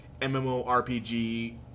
MMORPG